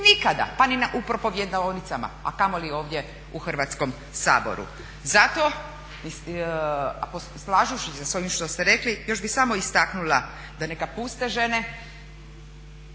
nikada, pa ni u propovjedaonicama, a kamoli ovdje u Hrvatskom saboru. Zato slažući se s ovim što ste rekli još bi samo istaknula da neka puste žene